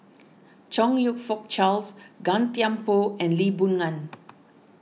Chong You Fook Charles Gan Thiam Poh and Lee Boon Ngan